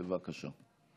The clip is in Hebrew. בבקשה.